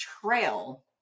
trail